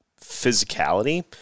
physicality